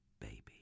baby